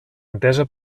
entesa